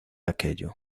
aquello